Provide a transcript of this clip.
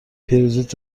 پیروزیت